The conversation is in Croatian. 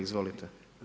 Izvolite.